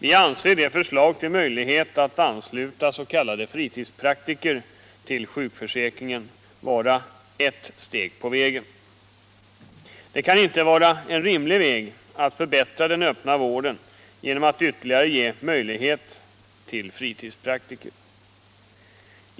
Vi anser förslaget om möjlighet att ansluta s.k. fritidspraktiker till sjukförsäkringen vara ett steg på vägen mot privatisering. Men det kan inte vara rimligt att försöka förbättra den öppna vården genom att ge ytterligare möjligheter till fritidspraktiker.